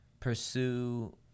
pursue